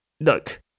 look